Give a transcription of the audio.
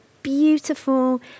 beautiful